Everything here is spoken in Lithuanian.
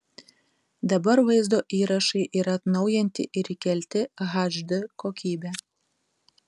dabar vaizdo įrašai yra atnaujinti ir įkelti hd kokybe